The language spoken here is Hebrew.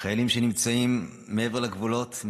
חיילים שנמצאים מעבר לגבולות,